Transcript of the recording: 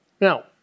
Now